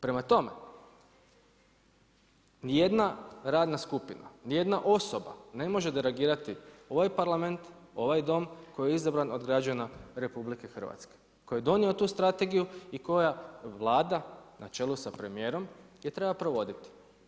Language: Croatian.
Prema tome ni jedna radna skupina, ni jedna osoba ne može derogirati ovaj Parlament, ovaj Dom koji je izabran od građana RH, koji je donio tu Strategiju i koja Vlada na čelu sa premijerom je treba provoditi.